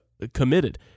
committed